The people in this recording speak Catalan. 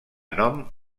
nom